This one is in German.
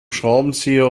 schraubenzieher